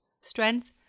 Strength